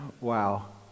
wow